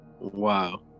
Wow